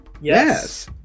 Yes